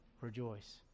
rejoice